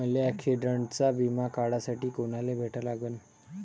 मले ॲक्सिडंटचा बिमा काढासाठी कुनाले भेटा लागन?